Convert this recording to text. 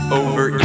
over